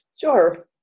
Sure